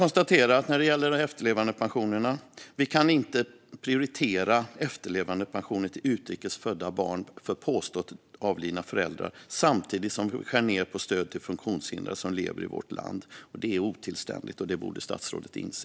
När det gäller efterlevandepensionerna kan vi inte prioritera efterlevandepensioner till utrikes födda barn till påstått avlidna föräldrar, samtidigt som vi skär ned på stödet till de funktionshindrade som lever i vårt land. Det är otillständigt, och det borde statsrådet inse.